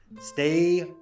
Stay